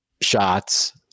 shots